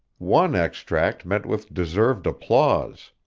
one extract met with deserved applause.